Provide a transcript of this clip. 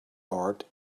art